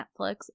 Netflix